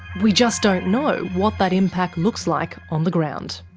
we just don't know what that impact looks like on the ground.